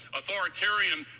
authoritarian